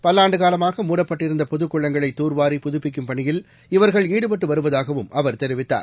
பல்லாண்டுகாலமாக மூடப்பட்டிருந்தபொதுக்குளங்களைதூர்வாரி புதப்பிக்கும் பணியில் இவர்கள் ஈடுபட்டுவருவதாகவும் அவர் தெரிவித்தார்